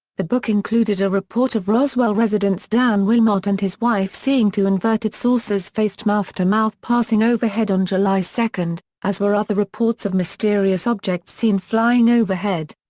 the book included a report of roswell residents dan wilmot and his wife seeing two inverted saucers faced mouth to mouth passing overhead on july two, as were other reports of mysterious objects seen flying overhead.